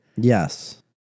Yes